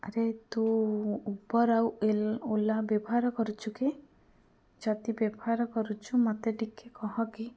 ଆର ତୁ ଉବେର୍ ଆଉ ଓଲା ବ୍ୟବହାର କରୁଛୁ କି ଯଦି ବ୍ୟବହାର କରୁଛୁ ମୋତେ ଟିକିଏ କହ କି